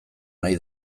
nahi